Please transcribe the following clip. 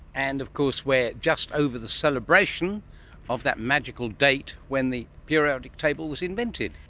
and of course, we're just over the celebration of that magical date when the periodic table was invented.